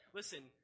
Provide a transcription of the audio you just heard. listen